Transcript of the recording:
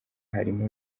harimo